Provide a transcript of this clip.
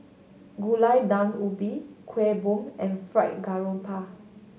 Gulai Daun Ubi Kueh Bom and Fried Garoupa